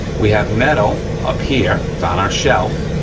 we have metal up here, it's on our shelf,